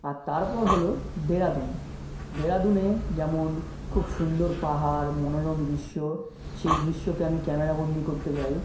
আর তারপর হলো দেরাদুন দেরাদুনে যেমন খুব সুন্দর পাহাড় মনোরম দৃশ্য সেই দৃশ্যকে আমি ক্যামেরা বন্দি করতে চাই